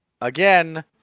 Again